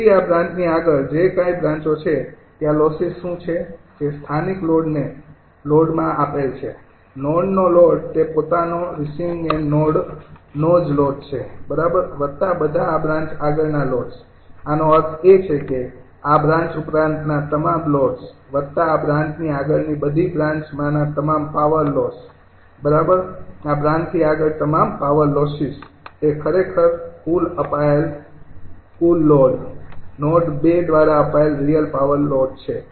તેથી આ બ્રાન્ચની આગળ જે કાંઇ બ્રાંચો છે ત્યાં લોસીસ શું છે જે સ્થાનિક લોડને લોડમાં આપેલ છે નોડનો લોડ તે પોતાનો રિસીવિંગ એન્ડ નોડનો જ લોડ છે બરાબર વત્તા બધા આ બ્રાન્ચ આગળના લોડ્સ આનો અર્થ એ છે કે આ બ્રાન્ચ ઉપરાંતના તમામ લોડ્સ વત્તા આ બ્રાન્ચની આગળની બધી બ્રાન્ચમાંના તમામ પાવર લોસ બરાબર આ બ્રાન્ચથી આગળ તમામ પાવર લોસીસ તે ખરેખર કુલ અપાયેલ કુલ લોડ નોડ ૨ દ્વારા અપાયેલ રિયલ પાવર લોડ છે